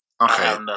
Okay